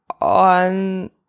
on